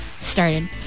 started